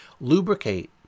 lubricate